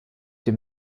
dem